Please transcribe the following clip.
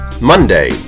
monday